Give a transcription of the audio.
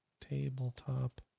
tabletop